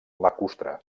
lacustre